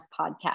podcast